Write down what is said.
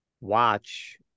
watch